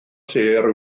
sêr